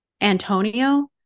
Antonio